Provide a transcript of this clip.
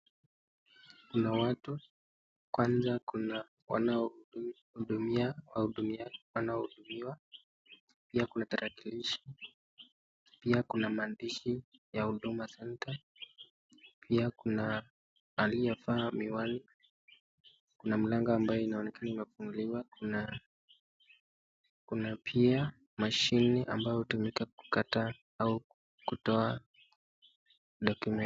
Kuna watu, kwanza kuna wanao hudumia wanaohudumiwa wanaohudumiwa pia kutia tarakilishi, pia kuna maandishi ya huduma center[cs[, pia kuna aliyevaa miwani, kuna mlango ambao unaonekana umefunguliwa, kuna kuna pia mashine ambayo hutumika kukata au kutoa document .